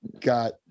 got